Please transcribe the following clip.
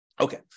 Okay